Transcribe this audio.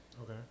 Okay